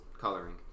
coloring